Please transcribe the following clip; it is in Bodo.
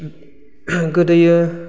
गोदोयो